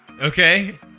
okay